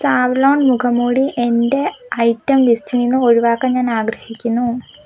Savlon മുഖംമൂടി എന്റെ item ലിസ്റ്റിൽ നിന്ന് ഒഴിവാക്കാൻ ആഗ്രഹിക്കുന്നു